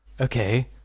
Okay